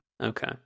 Okay